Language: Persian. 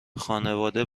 خانواده